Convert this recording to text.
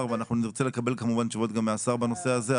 ואנחנו נרצה לקבל כמובן תשובות גם מהשר בנושא הזה.